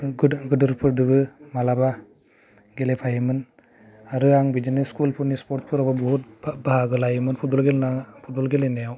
गोदोर गोदोरफोरजोंबो मालाबा गेलेफायोमोन आरो आं बिदिनो स्कुलफोरनि स्पर्टफोरावबो बुहुत बा बाहागो लायोमोन फुटबल गे लेना फुटबल गेलेनायाव